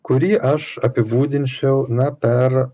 kurį aš apibūdinčiau na per